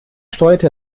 steuerte